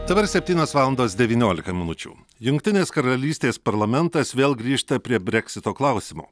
dabar septynios valandos devyniolika minučių jungtinės karalystės parlamentas vėl grįžta prie breksito klausimo